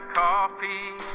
coffee